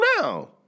now